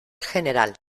general